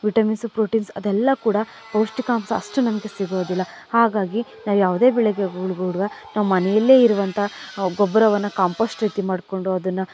vitamins proteins ಅದೆಲ್ಲ ಕೂಡ ಪೌಷ್ಟಿಕಾಂಶ ಅಷ್ಟು ನಮಗೆ ಸಿಗೋದಿಲ್ಲ ಹಾಗಾಗಿ ನಾವು ಯಾವುದೇ ಬೆಳೆಗೆ ನಾವು ಮನೆಯಲ್ಲೇ ಇರುವಂಥ ಗೊಬ್ಬರವನ್ನ ಕಾಂಪೋಸ್ಟ್ ರೀತಿ ಮಾಡಿಕೊಂಡು ಅದನ್ನ